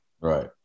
Right